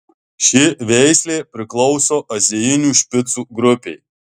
ši veislė priklauso azijinių špicų grupei